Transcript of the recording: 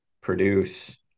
produce